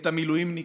את המילואימניקים,